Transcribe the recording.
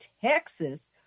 Texas